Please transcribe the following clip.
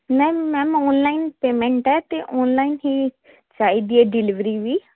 ਮੈ ma'am online payment ਤੇ online ਹੀ ਚਾਹੀਦੀ ਡਿਲੀਵਰੀ ਵੀ